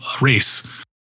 race